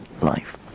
life